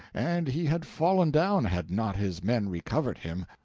and he had fallen down had not his men recovered him.